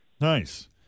Nice